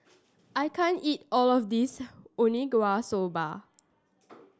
I can't eat all of this soba